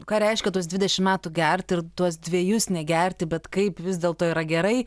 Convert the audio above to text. ką reiškia tuos dvidešim metų gerti ir tuos dvejus negerti bet kaip vis dėlto yra gerai